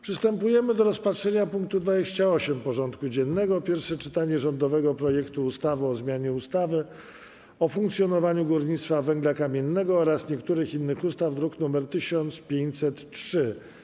Przystępujemy do rozpatrzenia punktu 28. porządku dziennego: Pierwsze czytanie rządowego projektu ustawy o zmianie ustawy o funkcjonowaniu górnictwa węgla kamiennego oraz niektórych innych ustaw (druk nr 1503)